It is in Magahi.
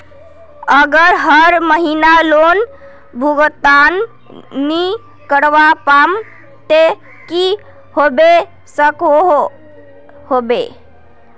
अगर हर महीना लोन भुगतान नी करवा पाम ते की होबे सकोहो होबे?